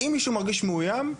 "אם מישהו מרגיש מרגיש מאויים,